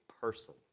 person